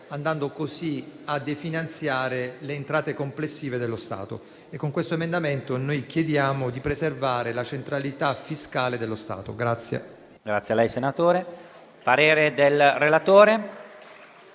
andando così a definanziare le entrate complessive dello Stato. Con questo emendamento - lo ripeto - chiediamo di preservare la centralità fiscale dello Stato.